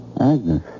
Agnes